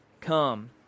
come